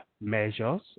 measures